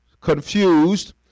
confused